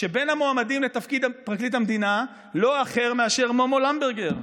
כשבין המועמדים לתפקיד פרקליט המדינה לא אחר מאשר מומו למברגר.